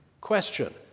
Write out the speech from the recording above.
Question